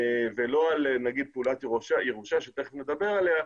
ולא על נגיד פעולת ירושה שתכף נדבר עליה,